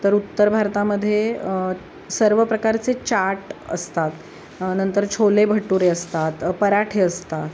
तर उत्तर भारतामध्ये सर्व प्रकारचे चाट असतात नंतर छोले भटुरे असतात पराठे असतात